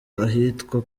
ahitwa